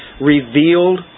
revealed